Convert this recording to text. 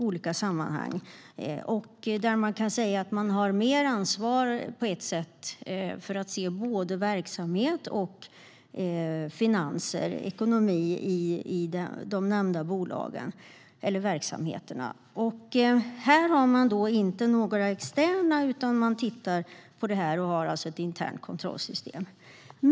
Där har man på ett sätt större ansvar för att se både verksamhet och ekonomi i de nämnda verksamheterna. Här har man inga externa risker, utan man tittar på ett internt kontrollsystem.